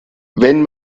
wenn